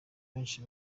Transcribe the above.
benshi